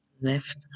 left